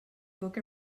book